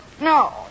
No